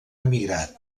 emigrat